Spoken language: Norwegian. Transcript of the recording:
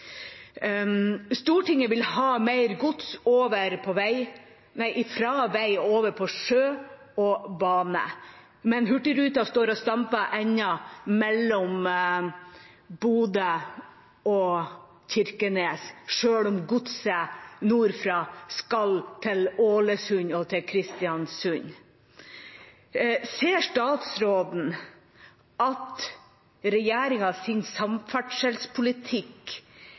Stortinget vil ha mer gods fra vei og over på sjø og bane. Men hurtigruta står og stamper ennå mellom Bodø og Kirkenes, selv om godset nordfra skal til Ålesund og Kristiansund. Ser statsråden at regjeringas samferdselspolitikk